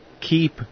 Keep